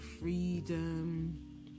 freedom